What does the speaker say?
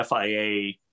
FIA